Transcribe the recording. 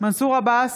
מנסור עבאס,